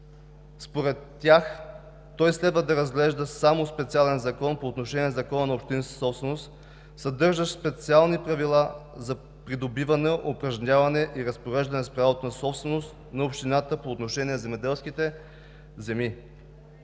Според тях той следва да се разглежда като специален закон по отношение на Закона за общинската собственост, съдържащ специалните правила за придобиване, упражняване и разпореждане с правото на собственост на общината по отношение на земеделските земи.